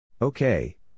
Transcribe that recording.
Okay